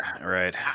Right